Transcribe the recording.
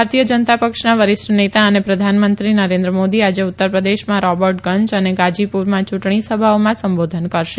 ભારતીય જનતા પક્ષના વરિષ્ઠ નેતા અને પ્રધાનમંત્રી નરેન્દ્ર મોદી આજે ઉત્તર પ્રદેશમાં રોબર્ટગંજ અને ગાજીપુરમાં ચુંટણી સભાઓમાં સંબોધન કરશે